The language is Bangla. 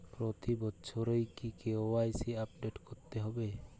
প্রতি বছরই কি কে.ওয়াই.সি আপডেট করতে হবে?